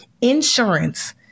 Insurance